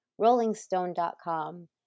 RollingStone.com